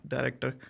Director